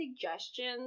suggestions